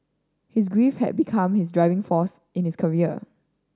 his grief had become his driving force in his career